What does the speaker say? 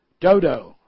Dodo